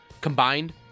combined